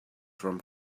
from